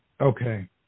Okay